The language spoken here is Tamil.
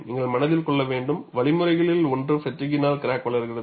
நீங்கள் மனதில் கொள்ள வேண்டும்வழிமுறைகளில் ஒன்று ஃப்பெட்டிகினால் கிராக் வளர்கிறது